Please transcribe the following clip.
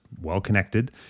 well-connected